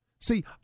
See